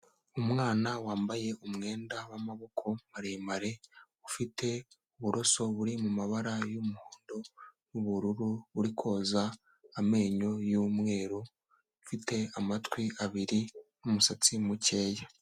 Umwana wambaye umwenda w'amaboko maremare, ufite uburoso buri mu mabara y'umuhondo n'ubururu, uri koza amenyo y'umweru, ufite amatwi abiri n'umusatsi mukeya.